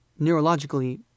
neurologically